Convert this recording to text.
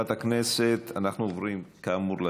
אנחנו עוברים כאמור לדיון.